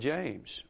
James